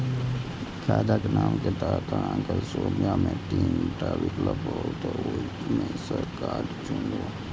खाताक नाम के तहत अहांक सोझां मे तीन टा विकल्प आओत, ओइ मे सं कार्ड चुनू